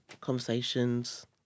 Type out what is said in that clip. conversations